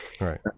Right